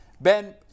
Ben